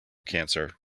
cancer